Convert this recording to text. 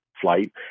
flight